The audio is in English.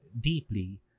deeply